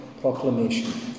proclamation